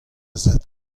zad